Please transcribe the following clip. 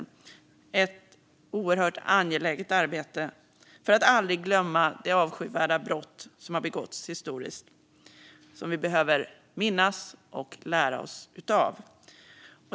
Det är ett oerhört angeläget arbete för att vi aldrig ska glömma de avskyvärda brott som begåtts historiskt, som vi behöver minnas och lära av.